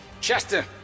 Chester